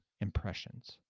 impressions